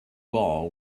ball